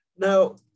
Now